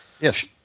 Yes